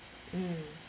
mm